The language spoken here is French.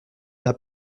n’as